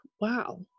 wow